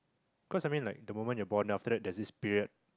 cause I mean like the moment you're born after that there's this period